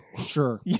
Sure